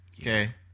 okay